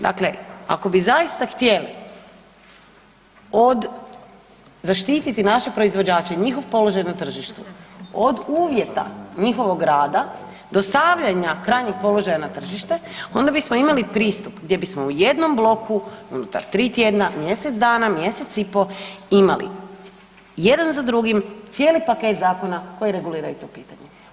Dakle, ako bi zaista htjeli od, zaštiti naše proizvođače i njihov položaj na tržištu, od uvjeta njihovog rada, dostavljanja krajnjeg položaja na tržište, onda bismo imali pristup gdje bismo u jednom bloku unutar 3 tjedna, mjesec dana, mjesec i po', imali jedna za drugim, cijeli paket zakona koji reguliraju to pitanje.